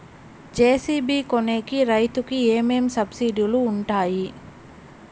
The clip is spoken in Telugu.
జె.సి.బి కొనేకి రైతుకు ఏమేమి సబ్సిడి లు వుంటాయి?